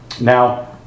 Now